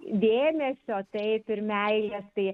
dėmesio taip ir meilės tai